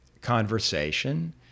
conversation